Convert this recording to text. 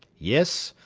yes,